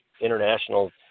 international